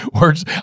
words